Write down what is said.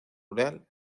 rural